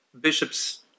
bishops